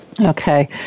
okay